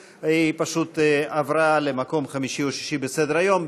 פשוט עברה למקום חמישי או שישי בסדר היום.